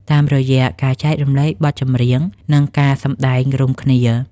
តាមរយៈការចែករំលែកបទចម្រៀង និងការសម្តែងរួមគ្នា។